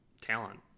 talent